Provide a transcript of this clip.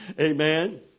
Amen